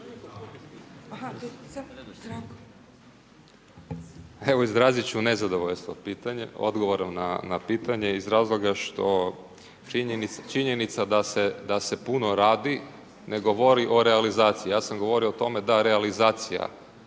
Evo, izrazit ću nezadovoljstvo odgovorom na pitanje iz razloga što činjenica da se puno radi ne govori o realizaciji. Ja sam govorio o tome da realizacija